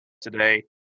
today